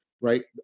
right